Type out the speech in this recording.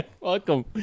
Welcome